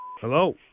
Hello